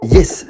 Yes